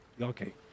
Okay